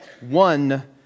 one